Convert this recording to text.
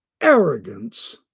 arrogance